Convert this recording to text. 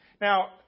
Now